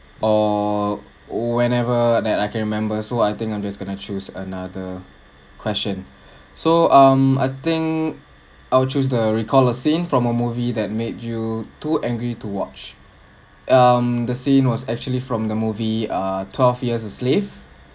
or whenever that I can remember so I think I'm just going to choose another question so um I think I will choose the recall a scene from a movie that made you too angry to watch um the scene was actually from the movie uh twelve years a slave